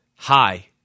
Hi